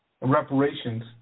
reparations